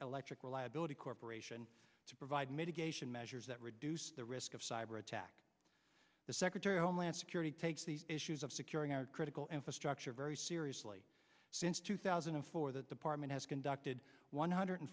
electric reliability corporation to provide mitigation measures that reduce the risk of cyber attack the secretary of homeland security takes the issues of securing our critical infrastructure very seriously since two thousand and four that the parliament has conducted one hundred